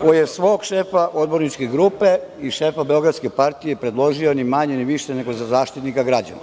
koji je svog šefa odborničke grupe i šefa beogradske partije predložio ni manje ni više nego za Zaštitnika građana.